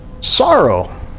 Sorrow